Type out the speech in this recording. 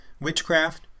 witchcraft